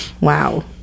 Wow